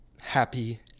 happy